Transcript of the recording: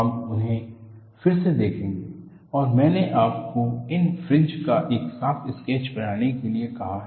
हम उन्हें फिर से देखेंगे और मैंने आपको इन फ्रिंज का एक साफ स्केच बनाने के लिए कहा है